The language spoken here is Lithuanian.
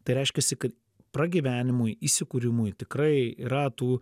tai reiškiasi kad pragyvenimui įsikūrimui tikrai yra tų